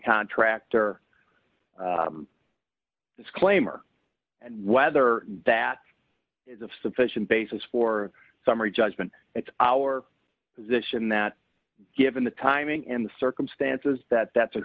contractor disclaimer and whether that is of sufficient basis for summary judgment it's our position that given the timing and the circumstances that that's a